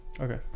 Okay